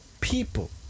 people